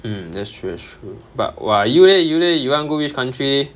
mm that's true that's true but !wah! you leh you leh you wanna go which country